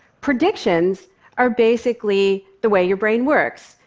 predictions are basically the way your brain works.